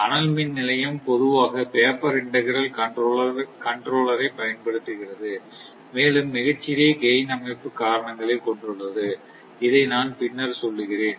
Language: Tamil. அனல் மின் நிலையம் பொதுவாக பேப்பர் இன்டெக்ரல் கண்ட்ரோலர் ஐ பயன்படுத்துகிறது மேலும் மிகச் சிறிய கைன் அமைப்பு காரணங்களைக் கொண்டுள்ளது இதை நான் பின்னர் சொல்கிறேன்